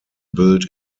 built